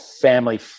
family